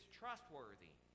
trustworthy